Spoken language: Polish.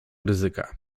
ryzyka